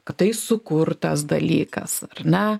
kad tai sukurtas dalykas ar ne